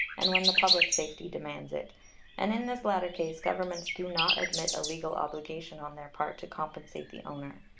and when the public safety demands it and in this latter case governments do not admit a legal obligation on their part to compensate the owner.